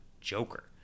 joker